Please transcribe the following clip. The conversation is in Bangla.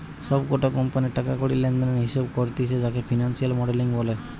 সব কটা কোম্পানির টাকা কড়ি লেনদেনের হিসেবে করতিছে যাকে ফিনান্সিয়াল মডেলিং বলে